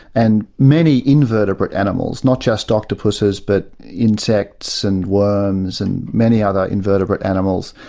and many invertebrate animals, not just octopuses but insects and worms and many other invertebrate animals,